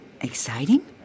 Exciting